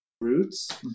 Roots